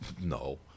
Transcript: No